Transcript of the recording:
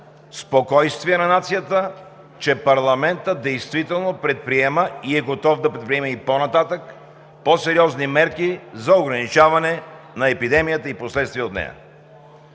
спокойствие на нацията, че парламентът действително предприема и е готов да предприеме и по-нататък по-сериозни мерки за ограничаване на епидемията и последствията от нея.